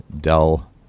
dull